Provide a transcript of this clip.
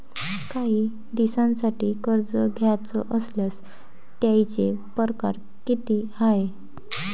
कायी दिसांसाठी कर्ज घ्याचं असल्यास त्यायचे परकार किती हाय?